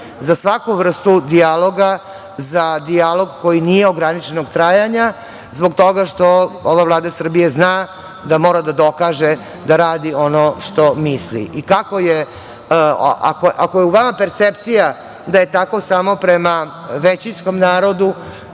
za svaku vrstu dijaloga, za dijalog koji nije ograničenog trajanja, zbog toga što ova Vlada Srbije zna da mora da dokaže da radi ono što misli. Ako je u vama percepcija da je tako samo prema većinskom narodu,